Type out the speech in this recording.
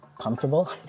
comfortable